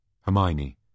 Hermione